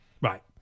Right